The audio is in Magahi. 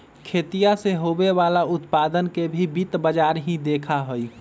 खेतीया से होवे वाला उत्पादन के भी वित्त बाजार ही देखा हई